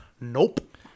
Nope